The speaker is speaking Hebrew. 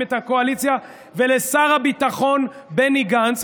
את הקואליציה ולשר הביטחון בני גנץ,